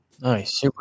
Nice